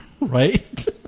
right